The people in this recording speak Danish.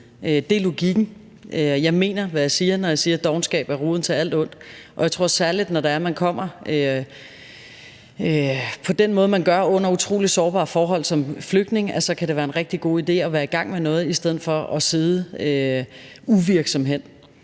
Det er logikken. Jeg mener, hvad jeg siger, når jeg siger, at dovenskab er roden til alt ondt. Jeg tror særlig, at når man kommer på den måde, man gør, under utrolig sårbare forhold som flygtning, så kan det være en rigtig god idé at være i gang med noget i stedet for at sidde uvirksom hen.